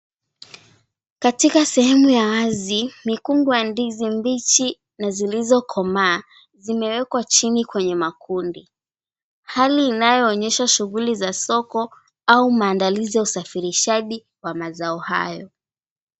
Katika sehemu ya wazi mikungu ya ndizi mbichi na zilizokomaa zimewekwa chini kwenye makundi hali inayoonyesha shughuli za soko au maandalizi ya usafirishaji wa mazao hayo.